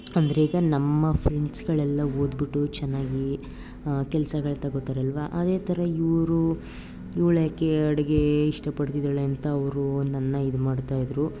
ಅಂದರೆ ಈಗ ನಮ್ಮ ಫ್ರೆಂಡ್ಸ್ಗಳೆಲ್ಲ ಓದ್ಬಿಟ್ಟು ಚೆನ್ನಾಗಿ ಕೆಲ್ಸಗಳು ತಗೊಳ್ತಾರಲ್ವ ಅದೇ ಥರ ಇವರು ಇವಳೇಕೆ ಅಡುಗೆ ಇಷ್ಟಪಡ್ತಿದ್ದಾಳೆ ಅಂತ ಅವರು ನನ್ನ ಇದು ಮಾಡ್ತಾಯಿದ್ರು